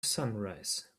sunrise